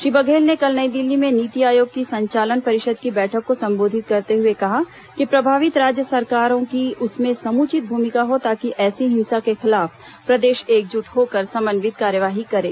श्री बघेल ने कल नई दिल्ली में नीति आयोग की संचालन परिषद की बैठक को संबोधित करते हुए कहा कि प्रभावित राज्य सरकारों की उसमें समुचित भूमिका हो ताकि ऐसी हिंसा के खिलाफ प्रदेश एकजुट होकर समन्यित कार्यवाही करे